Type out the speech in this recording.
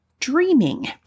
Dreaming